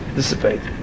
dissipate